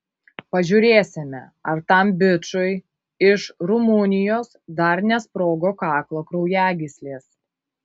pažiūrėsime ar tam bičui iš rumunijos dar nesprogo kaklo kraujagyslės